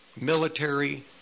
military